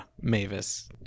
Mavis